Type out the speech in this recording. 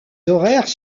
horaires